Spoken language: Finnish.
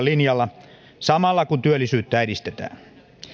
linjalla samalla kun työllisyyttä edistetään